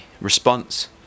response